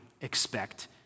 expect